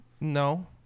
No